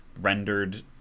rendered